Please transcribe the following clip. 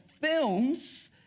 films